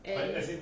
and